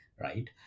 right